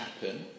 happen